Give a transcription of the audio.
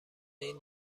این